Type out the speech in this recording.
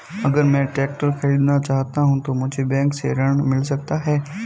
अगर मैं ट्रैक्टर खरीदना चाहूं तो मुझे बैंक से ऋण मिल सकता है?